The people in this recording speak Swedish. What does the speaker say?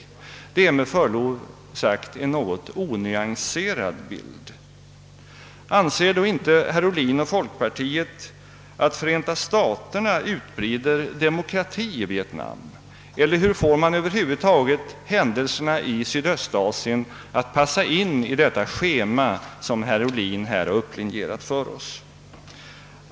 Detta är med förlov sagt en något onyanserad bild. Anser då herr Ohlin och folkpartiet att Förenta staterna utbreder demokratien i Vietnam eller hur får man över huvud taget händelserna i Sydöstasien att passa in i det schema som herr Ohlin här upplinjerat för oss?